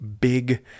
big